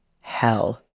hell